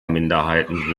minderheiten